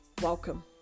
Welcome